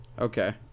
Okay